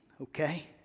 Okay